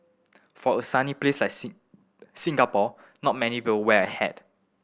for a sunny place like Singapore not many people wear a hat